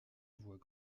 voit